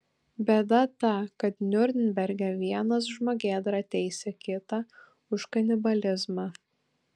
bėda ta kad niurnberge vienas žmogėdra teisė kitą už kanibalizmą